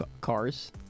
Cars